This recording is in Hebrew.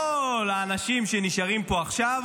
כל האנשים שנשארים פה עכשיו